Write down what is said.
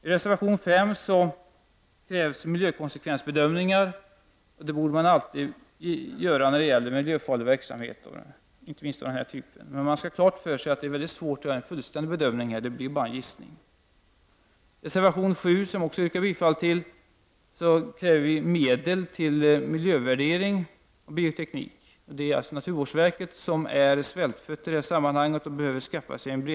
I reservation 5 kräver vi reservanter miljökonsekvensbedömningar av gentekniken. Sådana borde alltid göras i samband med miljöfarlig verksamhet, inte minst när det gäller verksamhet av den här typen. Man skall ha klart för sig att det är väldigt svårt att göra en fullständig bedömning här, varför det blir bara en gissning. I reservation 7, som jag också yrkar bifall till, kräver vi reservanter särskilda medel till miljövärdering av bioteknik. Naturvårdsverket är svältfött i detta sammanhang. Det behövs en bredare kompetens där.